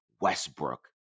Westbrook